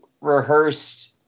rehearsed